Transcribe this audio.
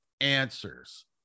answers